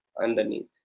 underneath